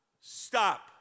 stop